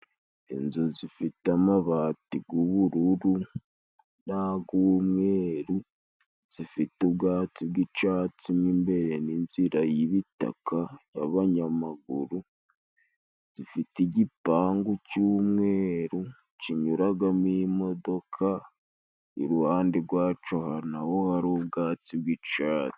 Inzu zifite amabati g'ubururu n'ag'umweru zifite ubwatsi bw'icatsi, n'imbere n'inzira y'ibitaka y'abanyamaguru zifite igipangu cy'umweru, kinyuragamo imodoka iruhande rwaco naho hari ubwatsi bw'icatsi.